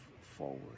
forward